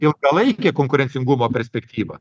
ilgalaikė konkurencingumo perspektyva